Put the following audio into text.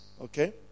okay